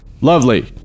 Lovely